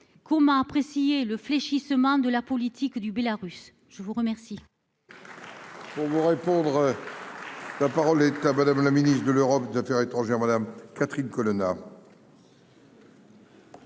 comment apprécier le fléchissement de la politique du Bélarus ? La parole